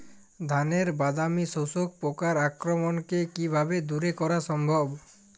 ধানের বাদামি শোষক পোকার আক্রমণকে কিভাবে দূরে করা সম্ভব?